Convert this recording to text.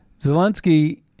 Zelensky